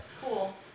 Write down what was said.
cool